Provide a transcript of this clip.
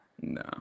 No